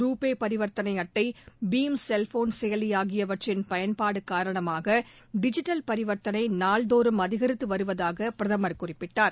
ருபே பரிவர்த்தளை அட்டை பீம் செல்போன் செயலி ஆகியவற்றின் பயன்பாடு காரணமாக டிஜிட்டல் பரிவர்த்தனை நாள்தோறும் அதிகரித்து வருவதாக பிரதமர் குறிப்பிட்டார்